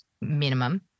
minimum